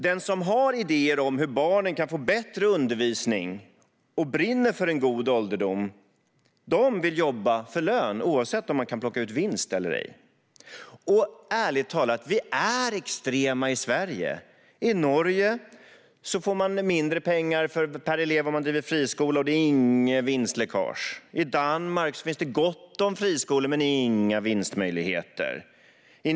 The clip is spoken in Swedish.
Den som har idéer om hur barnen kan få bättre undervisning och den som brinner för en god ålderdom vill jobba för lön, oavsett om man kan plocka ut vinst eller ej. Och ärligt talat - vi är extrema i Sverige. I Norge får man mindre pengar per elev om man driver friskola, och det finns inget vinstläckage. I Danmark finns det gott om friskolor men inga vinstmöjligheter.